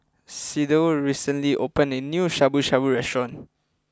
Sydell recently opened a new Shabu Shabu restaurant